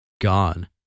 gone